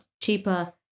cheaper